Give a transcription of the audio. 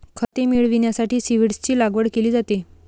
खते मिळविण्यासाठी सीव्हीड्सची लागवड केली जाते